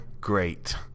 Great